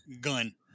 gun